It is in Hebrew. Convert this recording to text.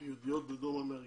יהודיות בדרום אמריקה.